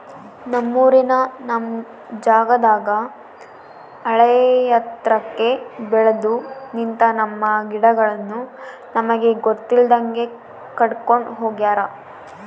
ನಮ್ಮೂರಿನ ನಮ್ ಜಾಗದಾಗ ಆಳೆತ್ರಕ್ಕೆ ಬೆಲ್ದು ನಿಂತ, ನಮ್ಮ ಗಿಡಗಳನ್ನು ನಮಗೆ ಗೊತ್ತಿಲ್ದಂಗೆ ಕಡ್ಕೊಂಡ್ ಹೋಗ್ಯಾರ